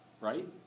Right